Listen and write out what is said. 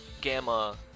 Gamma